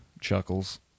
chuckles